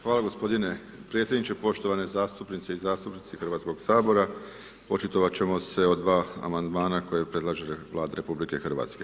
Hvala gospodine predsjedniče, poštovane zastupnice i zastupnici Hrvatskog sabora, očitovat ćemo se o 2 amandmana koje predlaže Vlada RH.